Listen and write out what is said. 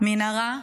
מנהרה צרה,